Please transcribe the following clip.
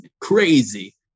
crazy